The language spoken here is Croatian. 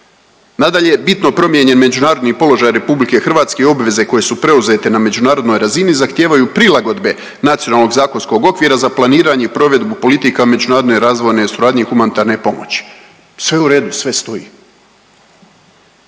Nadalje je bitno promijenjen međunarodni položaj RH i obveze koje su preuzete na međunarodnoj razini zahtijevaju prilagodbe nacionalnog zakonskog okvira za planiranje i provedbu politika međunarodne razvojne suradnje i humanitarne pomoći. Sve u redu, sve stoji.